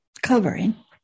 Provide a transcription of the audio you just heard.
covering